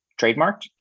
trademarked